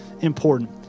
important